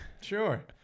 Sure